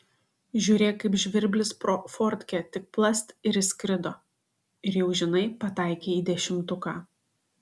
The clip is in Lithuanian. žiūrėk kaip žvirblis pro fortkę tik plast ir įskrido ir jau žinai pataikei į dešimtuką